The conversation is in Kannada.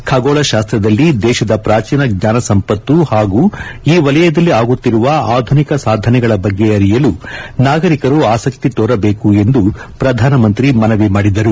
ಖಗೋಳ ಶಾಸ್ತ್ರದಲ್ಲಿ ದೇಶದ ಪ್ರಾಚೀನ ಜ್ಞಾನಸಂಪತ್ತು ಹಾಗೂ ಈ ವಲಯದಲ್ಲಿ ಆಗುತ್ತಿರುವ ಆಧುನಿಕ ಸಾಧನೆಗಳ ಬಗ್ಗೆ ಅರಿಯಲು ನಾಗರಿಕರು ಆಸಕ್ತಿ ತೋರಬೇಕು ಎಂದು ಪ್ರಧಾನಿ ಮನವಿ ಮಾಡಿದರು